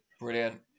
Brilliant